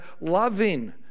loving